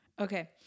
Okay